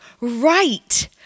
right